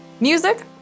Music